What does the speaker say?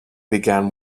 began